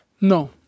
No